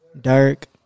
Dirk